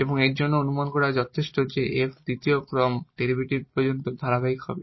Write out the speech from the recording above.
এবং এর জন্য এটি অনুমান করা যথেষ্ট যে f দ্বিতীয় ক্রম ডেরিভেটিভ পর্যন্ত ধারাবাহিক হবে